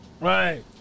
Right